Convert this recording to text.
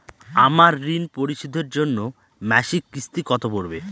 আমার ঋণ পরিশোধের জন্য মাসিক কিস্তি কত পড়বে?